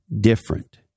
different